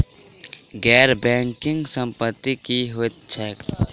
गैर बैंकिंग संपति की होइत छैक?